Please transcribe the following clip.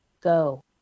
go